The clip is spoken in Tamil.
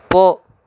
போ